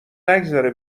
نگذره